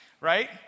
right